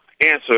answer